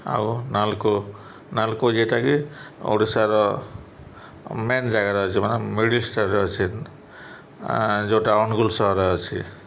ଆଉ ନାଲକୋ ନାଲକୋ ଯେଇଟାକି ଓଡ଼ିଶାର ମେନ୍ ଜାଗାରେ ଅଛି ମାନେ ମିଡ଼ିଲ ଷ୍ଟାରରେ ଅଛି ଯେଉଁଟା ଅନୁଗୁଳ ସହର ଅଛି